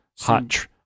Hot